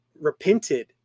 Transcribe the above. repented